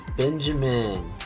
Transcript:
Benjamin